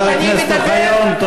חבר הכנסת אוחיון,